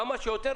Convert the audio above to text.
כמה שיותר,